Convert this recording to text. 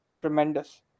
tremendous